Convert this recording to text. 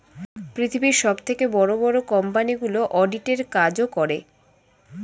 পৃথিবীর সবথেকে বড় বড় কোম্পানিগুলো অডিট এর কাজও করে